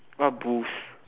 what booth